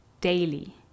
daily